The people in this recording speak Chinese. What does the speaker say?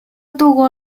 度过